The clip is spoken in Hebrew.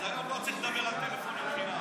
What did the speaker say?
אז היום לא צריך לדבר על טלפונים חינם.